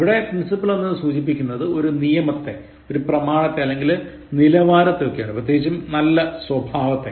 ഇവിടെ principle എന്നത് സൂചിപ്പിക്കുന്നത് ഒരു നിയമത്തെ ഒരു പ്രമാണത്തെ അല്ലെങ്കിൽ നിലവാരത്തെ ഒക്കെയാണ് പ്രത്യേകിച്ചും നല്ല സ്വഭാവം